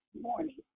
morning